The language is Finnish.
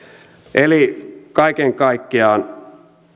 eli kaiken kaikkiaan